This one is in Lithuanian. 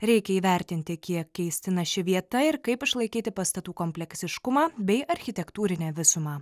reikia įvertinti kiek keistina ši vieta ir kaip išlaikyti pastatų kompleksiškumą bei architektūrinę visumą